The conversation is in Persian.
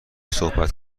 صحبت